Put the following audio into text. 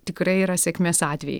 tikrai yra sėkmės atvejai